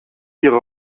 ihre